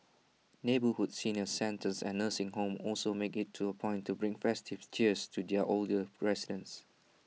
neighbourhood senior centres and nursing homes also make IT to A point to bring festive cheer to their older residents